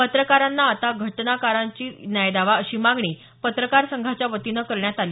पत्रकारांना आता घटनाकारांनीच न्याय द्यावा अशी मागणी पत्रकार संघाच्या वतीनं करण्यात आली